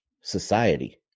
society